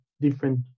different